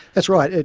that's right.